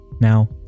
Now